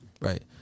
Right